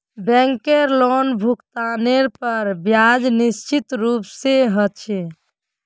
बैंकेर लोनभुगतानेर पर ब्याज निश्चित रूप से ह छे